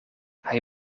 hij